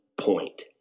point